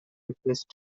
refused